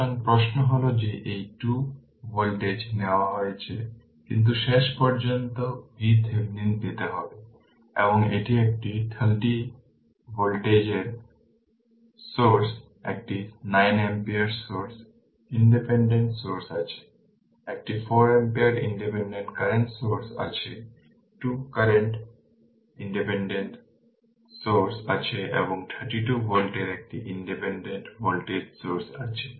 সুতরাং প্রশ্ন হল যে এই 2 ভোল্টেজ নেওয়া হয়েছে কিন্তু শেষ পর্যন্ত VThevenin পেতে হবে এবং এটি একটি 30 ভোল্টের সোর্স একটি 9 ampere সোর্স ইনডিপেন্ডেন্ট সোর্স আছে একটি 4 ampere ইনডিপেন্ডেন্ট কারেন্ট সোর্স আছে 2 কারেন্ট ইনডিপেন্ডেন্ট বিদ্যুৎ সোর্স আছে এবং 32 ভোল্টের একটি ইনডিপেন্ডেন্ট ভোল্টেজ সোর্স আছে